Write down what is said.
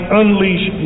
unleash